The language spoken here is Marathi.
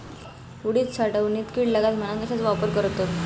उडीद साठवणीत कीड लागात म्हणून कश्याचो वापर करतत?